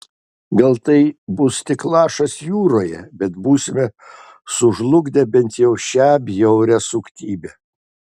gal tai bus tik lašas jūroje bet būsime sužlugdę bent jau šią bjaurią suktybę